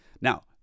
Now